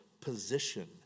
position